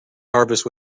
harvest